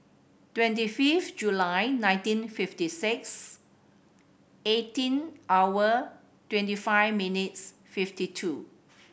twenty fifth July nineteen fifty six eighteen hour twenty five minutes fifty two